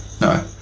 no